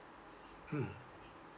mm